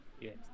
yes